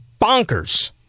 Bonkers